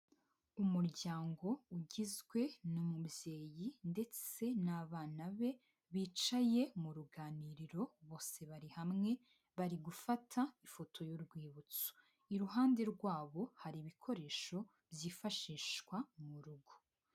Umuryango ugizwe n'umubyeyi ndetse n'abana be bicaye mu ruganiriro bose bari hamwe bari gufata ifoto y'urwibutso; iruhande rwabo hari ibikoresho byifashishwa mu rugo.